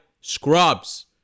scrubs